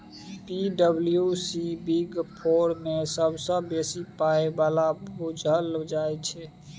पी.डब्ल्यू.सी big four मे सबसँ बेसी पाइ बला बुझल जाइ छै